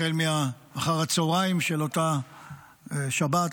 החל מאחר הצוהריים של אותה שבת,